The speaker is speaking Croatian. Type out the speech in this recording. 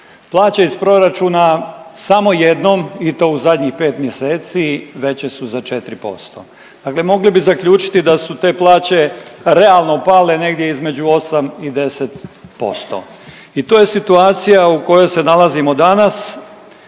Plaće iz proračuna samo jednom i to u zadnjih 5 mjeseci veće su za 4%. Dakle, mogli bi zaključiti da su te plaće realno pale negdje između 8 i 10%. I to je situacija u kojoj se nalazimo danas,